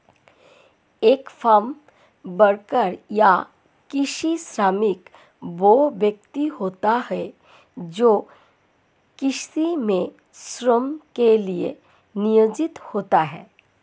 एक farm worker या कृषि श्रमिक वह व्यक्ति होता है जो कृषि में श्रम के लिए नियोजित होता है